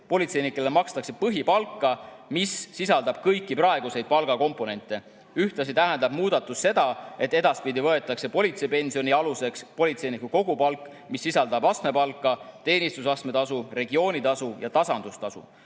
Politseinikule makstakse põhipalka, mis sisaldab kõiki praeguseid palgakomponente. Ühtlasi tähendab muudatus seda, et edaspidi võetakse politseipensioni aluseks politseiniku kogupalk, mis sisaldab astmepalka, teenistusastmetasu, regioonitasu ja tasandustasu.